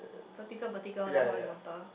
vertical vertical then horizontal